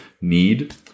need